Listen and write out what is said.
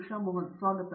ಉಷಾ ಮೋಹನ್ ಸ್ವಾಗತ